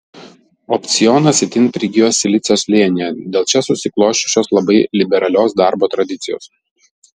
opcionas itin prigijo silicio slėnyje dėl čia susiklosčiusios labai liberalios darbo tradicijos